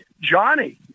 Johnny